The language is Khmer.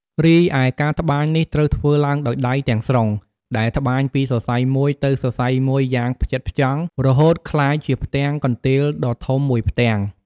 រីឯ ការត្បាញនេះត្រូវធ្វើឡើងដោយដៃទាំងស្រុង ដែលត្បាញពីសរសៃមួយទៅសរសៃមួយយ៉ាងផ្ចិតផ្ចង់ រហូតក្លាយជាផ្ទាំងកន្ទេលដ៏ធំមួយផ្ទាំង។